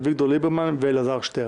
אביגדור ליברמן ואלעזר שטרן.